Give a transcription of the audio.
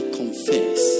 confess